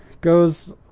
goes